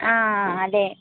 అదే